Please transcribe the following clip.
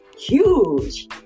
huge